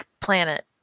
planet